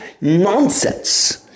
nonsense